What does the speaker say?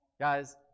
Guys